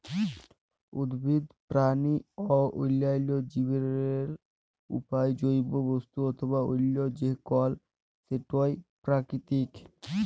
উদ্ভিদ, পেরানি অ অল্যাল্য জীবেরলে পাউয়া জৈব বস্তু অথবা অল্য যে কল সেটই পেরাকিতিক